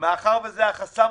מאחר שזה החסם